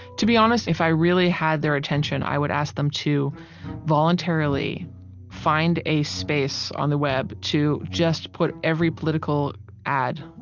to be honest, if i really had their attention, i would ask them to voluntarily find a space on the web to just put every political ad,